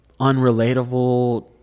unrelatable